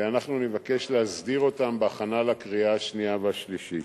אנחנו נבקש להסדיר אותם בוועדה בהכנה לקריאה השנייה והשלישית.